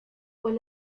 pues